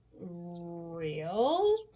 real